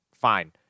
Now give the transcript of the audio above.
fine